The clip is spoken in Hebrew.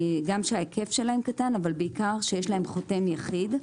גם שההיקף שלהם קטן אבל בעיקר שיש להם חותם יחיד.